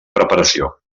preparació